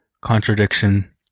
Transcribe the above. contradiction